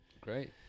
great